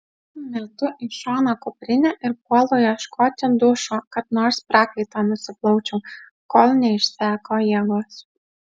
metu į šoną kuprinę ir puolu ieškoti dušo kad nors prakaitą nusiplaučiau kol neišseko jėgos